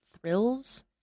thrills